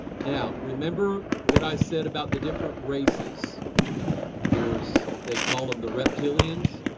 now remember what i said about the different races there's they call them the reptilians.